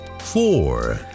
four